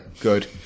Good